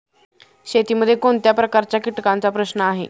शेतीमध्ये कोणत्या प्रकारच्या कीटकांचा प्रश्न आहे?